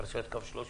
פרשת קו 300